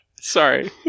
Sorry